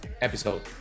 episode